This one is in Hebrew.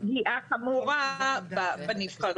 פגיעה חמורה בנבחרים.